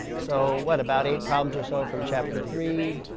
so, what, about eight problems or so from chapter three.